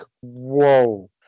whoa